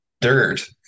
Dirt